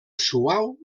suau